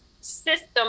system